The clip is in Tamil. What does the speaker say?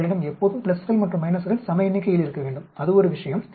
உங்களிடம் எப்போதும் கள் மற்றும் கள் சம எண்ணிக்கையில் இருக்க வேண்டும் அது ஒரு விஷயம்